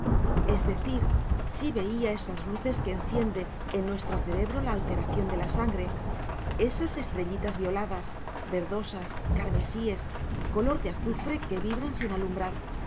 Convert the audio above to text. es decir sí veía esas luces que enciende en nuestro cerebro la alteración de la sangre esas estrellitas violadas verdosas carmesíes color de azufre que vibran sin alumbrar